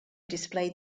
displayed